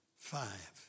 five